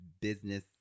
business